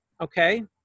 okay